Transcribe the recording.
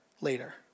later